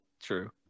True